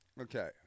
okay